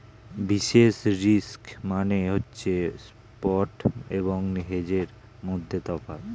basis risk মানে হচ্ছে spot এবং হেজের মধ্যে তফাৎ